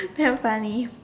damn funny